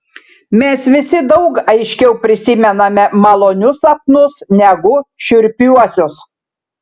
mes visi daug aiškiau prisimename malonius sapnus negu šiurpiuosius